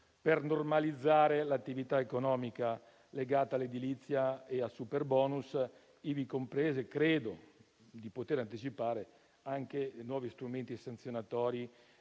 per normalizzare l'attività economica legata all'edilizia e al superbonus, ivi compresi - credo di poter anticipare - nuovi strumenti sanzionatori